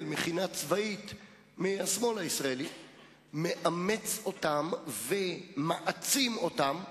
מכינה צבאית מהשמאל הישראלי מאמץ אותן ומעצים אותן,